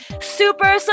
Super